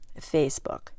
Facebook